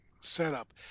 setup